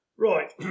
Right